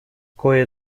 кое